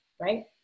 right